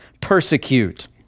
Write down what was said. persecute